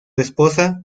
esposa